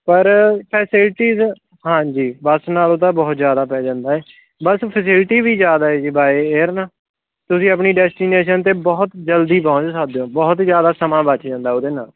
ਪਰ ਫੈਸਿਲਿਟੀਜ ਹਾਂਜੀ ਬੱਸ ਨਾਲੋਂ ਤਾਂ ਬਹੁਤ ਜ਼ਿਆਦਾ ਪੈ ਜਾਂਦਾ ਹੈ ਬੱਸ ਫੈਸਿਲਿਟੀ ਵੀ ਜ਼ਿਆਦਾ ਹੈ ਜੀ ਬਾਏ ਏਅਰ ਨਾ ਤੁਸੀਂ ਆਪਣੀ ਡੈਸਟੀਨੇਸ਼ਨ 'ਤੇ ਬਹੁਤ ਜਲਦੀ ਪਹੁੰਚ ਸਕਦੇ ਹੋ ਬਹੁਤ ਜ਼ਿਆਦਾ ਸਮਾਂ ਬਚ ਜਾਂਦਾ ਉਹਦੇ ਨਾਲ